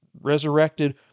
resurrected